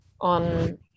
on